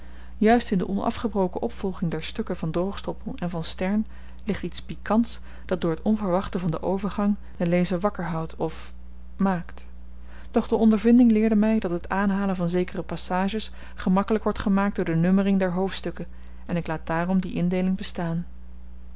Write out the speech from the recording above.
juist in de onafgebroken opvolging der stukken van droogstoppel en van stern ligt iets pikants dat door t onverwachte van den overgang den lezer wakker houdt of maakt doch de ondervinding leerde my dat het aanhalen van zekere passages gemakkelyk wordt gemaakt door de nummering der hoofdstukken en ik laat daarom die indeeling bestaan